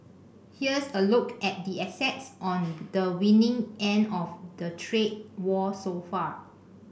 here's a look at the assets on the winning end of the trade war so far